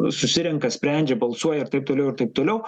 susirenka sprendžia balsuoja ir taip toliau ir taip toliau